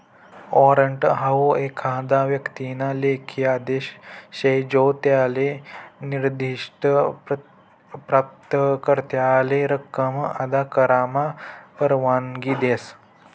warrant हाऊ एखादा व्यक्तीना लेखी आदेश शे जो त्याले निर्दिष्ठ प्राप्तकर्त्याले रक्कम अदा करामा परवानगी देस